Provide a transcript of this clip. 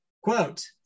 Quote